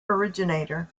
originator